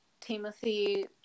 Timothy